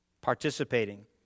participating